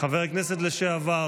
חבר הכנסת לשעבר,